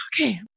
Okay